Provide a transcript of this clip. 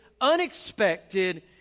unexpected